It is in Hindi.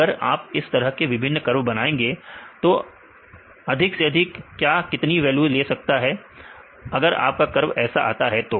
अगर आप इस तरह के विभिन्न कर्व बनाएंगे तो अधिक से अधिक क्या कितनी वैल्यू ले सकता है अगर आपका कर्व ऐसे आता है तो